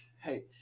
hey